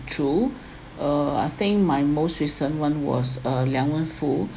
true uh I think my most recent one was uh liang wen fu